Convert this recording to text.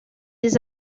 des